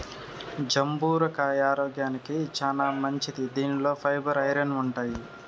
జంబూర కాయ ఆరోగ్యానికి చానా మంచిది దీనిలో ఫైబర్, ఐరన్ ఉంటాయి